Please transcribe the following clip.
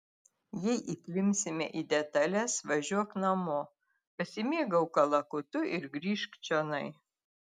jei įklimpsime į detales važiuok namo pasimėgauk kalakutu ir grįžk čionai